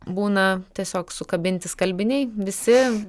būna tiesiog sukabinti skalbiniai visi